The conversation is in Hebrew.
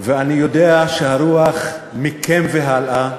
ואני יודע שהרוח מכם והלאה,